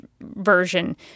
version